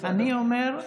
אני אומר,